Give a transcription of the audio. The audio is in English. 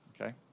Okay